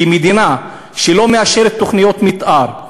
כי מדינה שלא מאשרת תוכניות מתאר,